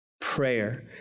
Prayer